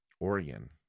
Oregon